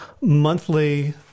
monthly